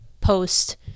post